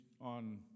on